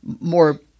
more